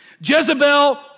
Jezebel